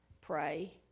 pray